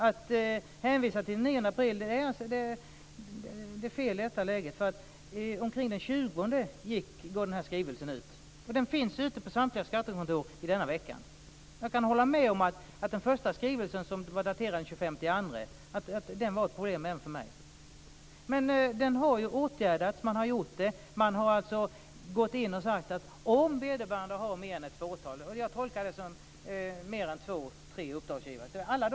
Att hänvisa till den 9 april är fel i detta läge. Omkring den 20 gick den här skrivelsen ut. Den finns ute på samtliga skattekontor i den här veckan. Jag kan hålla med om att den första skrivelsen som var daterad den 25 februari var ett problem även för mig. Men den har ju åtgärdats. Man har gjort det. Man har sagt att om vederbörande har mer än ett fåtal uppdragsgivare - jag tolkar det som mer än två tre uppdragsgivare - skall han få F-skattsedel.